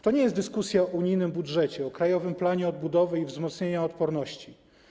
To nie jest dyskusja o unijnym budżecie, o „Krajowym planie odbudowy i wzmocnienia odporności”